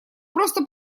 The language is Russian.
просто